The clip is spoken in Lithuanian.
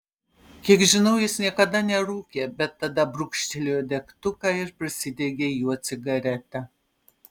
kiek žinau jis niekada nerūkė bet tada brūkštelėjo degtuką ir prisidegė juo cigaretę